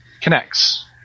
connects